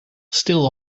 still